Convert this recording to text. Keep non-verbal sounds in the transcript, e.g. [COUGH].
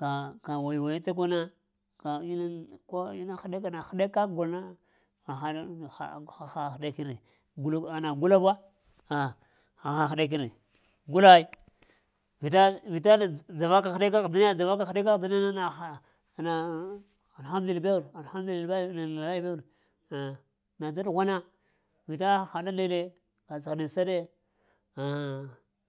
ka ka kor yiŋ ta kəna ko ma heka na na həɗela kak na, ha-ha-ha həɗe kin re, gul hana gula wa a haha həɗekin re, gula ai vita vita dzava ka həɗeka ahdəna, dzava ka həɗeka ahdiya, na gula buwa hana ŋ alhamdil bew r [HESITATION] na da ɗughwan a vita haha la ndeɗe ka tsəha nista ɗe, [HESITATION]